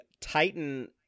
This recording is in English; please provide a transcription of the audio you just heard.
Titan